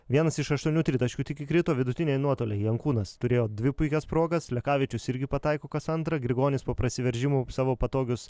vienas iš aštuonių tritaškių tik įkrito vidutiniai nuotoliai jankūnas turėjo dvi puikias progas lekavičius irgi pataiko kas antrą grigonis po prasiveržimų savo patogius